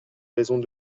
raisons